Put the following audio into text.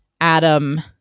adam